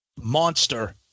monster